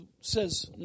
says